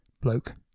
bloke